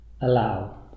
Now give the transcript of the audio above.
Allow